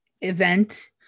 event